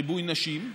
ריבוי נשים,